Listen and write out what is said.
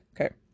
Okay